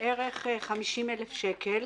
בערך 50,000 שקל.